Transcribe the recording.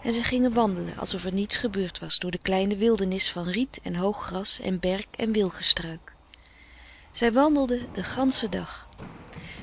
en zij gingen wandelen alsof er niets gebeurd was door de kleine wildernis frederik van eeden van de koele meren des doods van riet en hoog gras en berk en wilge struik zij wandelden den ganschen dag